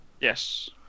Yes